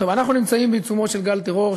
אנחנו נמצאים בעיצומו של גל טרור,